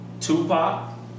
Tupac